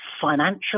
financial